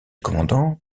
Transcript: commandant